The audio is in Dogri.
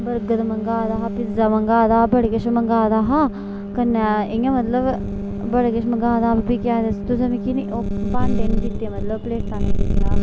बर्गर मंगाए दा हा पिज्जा मंगाए दा हा बड़ा किश मंगाए दा हा कन्नै इ'यां मतलब बड़ा किश मंगाए दा हा फ्ही केह् आखदे उसी तुसें मिगी न भांडे नी दित्ते मतलब प्लेटां नेईं दित्तियां